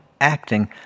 acting